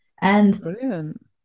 Brilliant